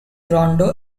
rondo